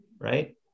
right